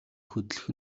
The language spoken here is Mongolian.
хөдлөх